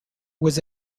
was